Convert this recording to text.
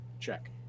Check